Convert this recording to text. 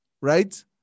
right